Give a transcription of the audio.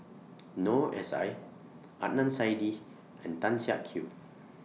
Noor S I Adnan Saidi and Tan Siak Kew